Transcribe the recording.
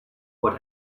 what